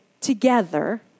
together